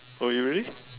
oh you really